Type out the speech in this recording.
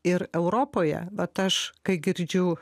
ir europoje vat aš kai girdžiu